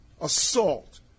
assault